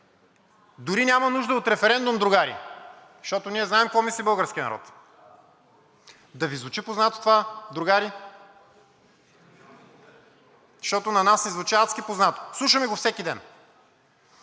дори няма нужда от референдум, другари, защото ние знаем какво мисли българският народ! Да Ви звучи познато това, другари? Защото на нас ни звучи адски познато, слушаме го всеки ден.